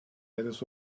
redes